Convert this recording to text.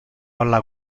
alla